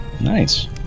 nice